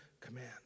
command